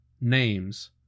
names